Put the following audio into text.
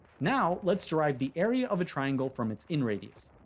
now, let's derive the area of a triangle from its inradius.